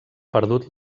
perdut